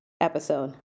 episode